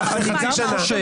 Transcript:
באמת, משפחת פשע.